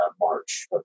March